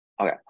Okay